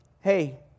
hey